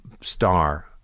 star